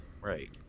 Right